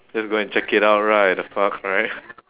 just go and check it out right the fuck right